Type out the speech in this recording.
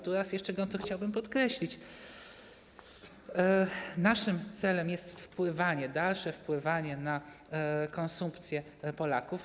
Tu jeszcze gorąco chciałbym podkreślić, że naszym celem jest wpływanie, dalsze wpływanie na konsumpcję Polaków.